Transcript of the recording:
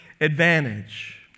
advantage